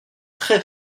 très